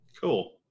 Cool